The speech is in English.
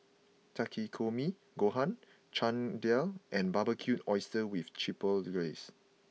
Takikomi Gohan Chana Dal and Barbecued Oysters with Chipotle Glaze